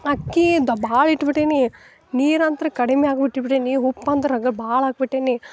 ಅಕ್ಕಿ ದ ಭಾಳ ಇಟ್ಟು ಬಿಟ್ಟಿನಿ ನೀರಂತ್ರ ಕಡಿಮೆ ಆಗ್ಬಿಟ್ಟು ಬಿಟ್ಟಿನಿ ಉಪ್ಪಂದ್ರೆ ಅದ್ರಗ ಭಾಳ ಹಾಕ್ಬಿಟ್ಟೀನಿ